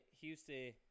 Houston